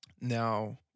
now